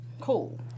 cool